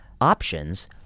options